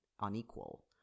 unequal